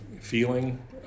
feeling